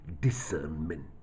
discernment